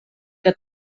que